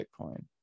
Bitcoin